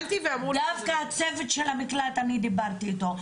דווקא הצוות של המקלט אני דיברתי איתו,